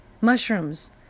mushrooms